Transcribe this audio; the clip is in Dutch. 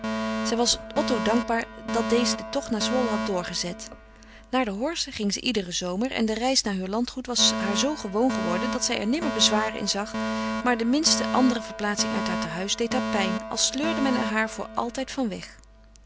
zij was otto dankbaar dat deze den tocht naar zwolle had doorgezet naar de horze ging ze iederen zomer en de reis naar heur landgoed was haar zoo gewoon geworden dat zij er nimmer bezwaren in zag maar de minste andere verplaatsing uit haar tehuis deed haar pijn als sleurde men er haar voor altijd van weg